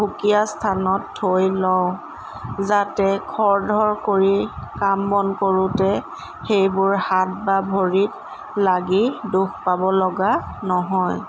সুকীয়া স্থানত থৈ লওঁ যাতে খৰ ধৰ কৰি কাম বন কৰোঁতে সেইবোৰ হাত বা ভৰিত লাগি দুখ পাবলগা নহয়